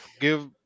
give